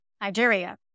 Nigeria